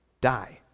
die